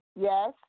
Yes